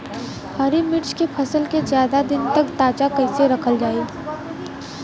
हरि मिर्च के फसल के ज्यादा दिन तक ताजा कइसे रखल जाई?